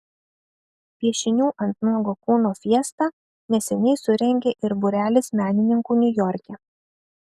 piešinių ant nuogo kūno fiestą neseniai surengė ir būrelis menininkų niujorke